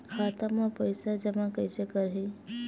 खाता म पईसा जमा कइसे करही?